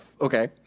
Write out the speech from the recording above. Okay